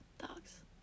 dogs